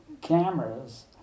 cameras